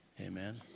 Amen